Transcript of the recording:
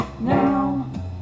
now